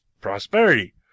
prosperity